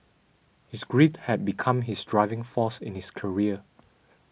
his grief had become his driving force in his career